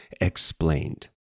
Explained